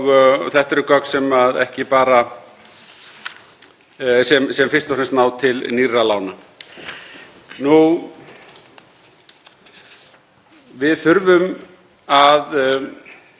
Við þurfum að beina sjónum okkar að því hvað er skynsamlegt að gera til þess að ná til lengri tíma jafnvægi milli framboðs og eftirspurnar á húsnæðismarkaði